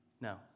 no